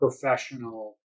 professional